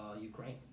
Ukraine